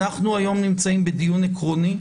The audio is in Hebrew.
זה היום דיון עקרוני.